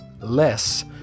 less